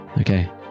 Okay